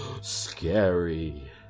Scary